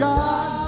God